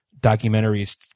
documentaries